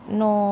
no